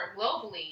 globally